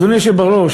אדוני היושב בראש,